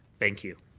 thank you.